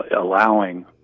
allowing